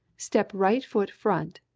step right foot front,